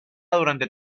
durante